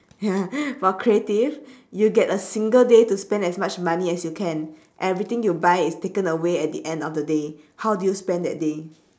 ya for creative you get a single day to spend as much money as you can everything you buy is taken away at the end of the day how do you spend that day